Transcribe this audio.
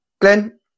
Glenn